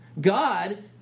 God